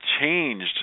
changed